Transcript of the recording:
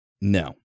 no